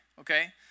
Okay